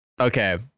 Okay